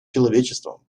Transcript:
человечеством